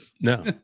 no